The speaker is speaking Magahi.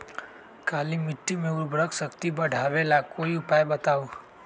काली मिट्टी में उर्वरक शक्ति बढ़ावे ला कोई उपाय बताउ?